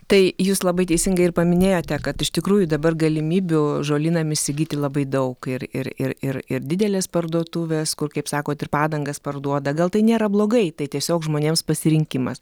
tai jūs labai teisingai ir paminėjote kad iš tikrųjų dabar galimybių žolynam įsigyti labai daug ir ir ir ir ir didelės parduotuvės kur kaip sakot ir padangas parduoda gal tai nėra blogai tai tiesiog žmonėms pasirinkimas